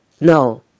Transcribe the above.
No